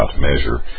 measure